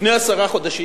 לפני עשרה חודשים.